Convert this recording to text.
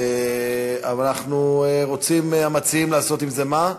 אבל אנחנו רוצים, המציעים, לעשות עם זה, מה?